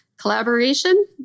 collaboration